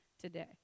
today